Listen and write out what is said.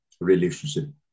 relationship